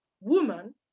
woman